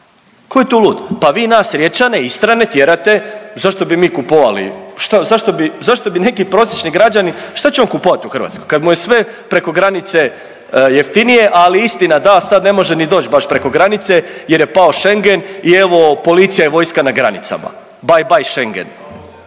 Ko je tu lud? Pa vi nas Riječane, Istrane tjerate zašto bi mi kupovali, zašto bi neki prosječni građani šta ćemo kupovati u Hrvatskoj kad mu je sve preko granice jeftinije. Ali istina da, sad ne može ni doć baš preko granice jer je pao Schengen i evo policija i vojska na granicama. Baj, baj Schengen